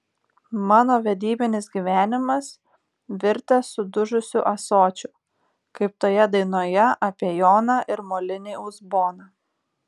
mano vedybinis gyvenimas virtęs sudužusiu ąsočiu kaip toje dainoje apie joną ir molinį uzboną